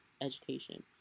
education